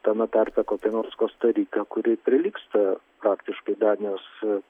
tame tarpe kokia nors kosta rika kuri prilygsta praktiškai danijos